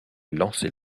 lancer